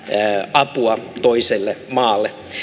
apua toiselle maalle